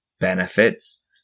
benefits